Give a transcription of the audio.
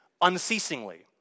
unceasingly